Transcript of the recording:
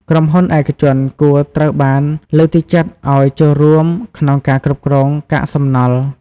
ក្រុមហ៊ុនឯកជនគួរត្រូវបានលើកទឹកចិត្តឲ្យចូលរួមក្នុងការគ្រប់គ្រងកាកសំណល់។